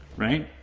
right?